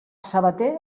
sabater